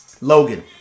Logan